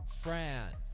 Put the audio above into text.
France